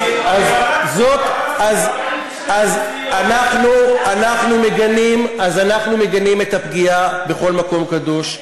אז, אז, אנחנו מגנים את הפגיעה בכל מקום קדוש,